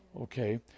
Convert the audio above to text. Okay